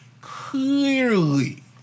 clearly